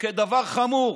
כדבר חמור.